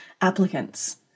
applicants